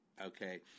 okay